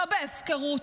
לא בהפקרות.